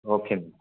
okay miss